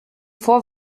vor